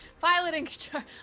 piloting